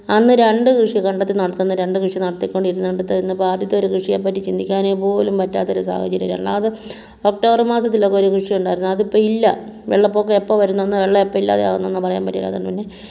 അന്ന് രണ്ട് കൃഷിക്കണ്ടത്തിൽ നടത്തുന്ന രണ്ട് കൃഷി നടത്തിക്കൊണ്ടിരിന്നിടത്ത് ഇന്നിപ്പോൾ ആദ്യത്തെ ഒരു കൃഷിയെപ്പറ്റി ചിന്തിക്കാനെ പോലും പറ്റാത്ത ഒരു സാഹചര്യം രണ്ടാമത് ഒക്ടോബർ മാസത്തിൽ ഒക്കെ ഒരു കൃഷിയാണ് ഉണ്ടായിരുന്നത് അതിപ്പോൾ ഇല്ല വെള്ളപ്പൊക്കം എപ്പോൾ വരുന്നെന്നും വെളളം എപ്പോൾ ഇല്ലാതാകുന്നെന്നോ പറയാൻ പറ്റില്ലാത്തത് പിന്നെ